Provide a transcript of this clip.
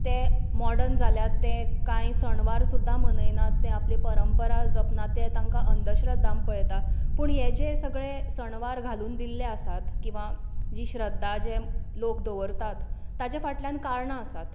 ते मोडर्न जाल्यात ते कांय सण वार सुद्दां मनयनात ते आपली परंपरा जपना ते तांकां अंधश्रध्दा म्हूण पळयता पूण हे जे सगळे सण वार घालून दिल्ले आसात किंवा जी श्रध्दा जे लोक दवरतात ताचे फाटल्यान कारणां आसात